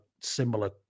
similar